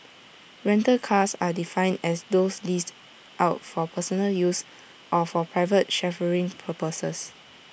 rental cars are defined as those leased out for personal use or for private chauffeuring purposes